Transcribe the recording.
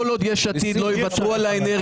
כל עוד יש עתיד לא יוותרו על האנרגיה